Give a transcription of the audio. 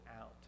out